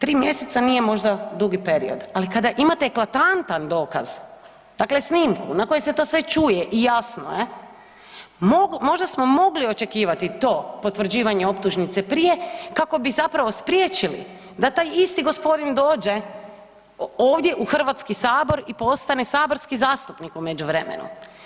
Tri mjeseca nije možda dugi period, ali kada imate eklatantan dokaz, dakle snimku na kojoj se to sve čuje i jasno je, možda smo mogli očekivati to potvrđivanje optužnice prije kako bi zapravo spriječili da taj isti gospodin dođe ovdje u Hrvatski sabor i postane saborski zastupnik u međuvremenu.